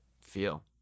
feel